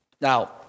Now